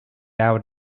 out